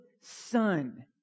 son